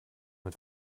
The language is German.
mit